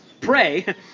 pray